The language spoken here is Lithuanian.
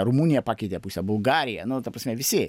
rumunija pakeitė pusę bulgarija nu ta prasme visi